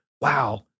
wow